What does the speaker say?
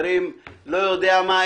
לא יודע מה,